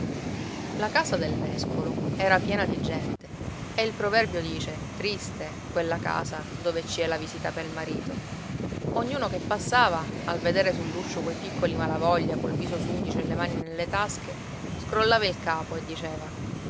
la casa del nespolo era piena di gente e il proverbio dice triste quella casa dove ci è la visita pel marito ognuno che passava al vedere sull'uscio quei piccoli malavoglia col viso sudicio e le mani nelle tasche scrollava il capo e diceva